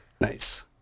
Nice